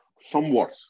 somewhat